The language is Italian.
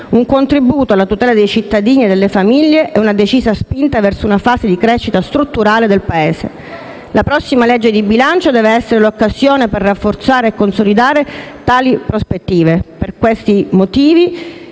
un contributo alla tutela di cittadini e delle famiglie e una decisa spinta verso una fase di crescita strutturale del Paese. La prossima legge di bilancio deve essere l'occasione per rafforzare e consolidare tali prospettive. Per tutti questi motivi,